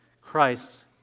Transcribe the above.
Christ